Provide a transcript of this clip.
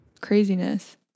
Craziness